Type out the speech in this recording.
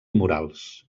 morals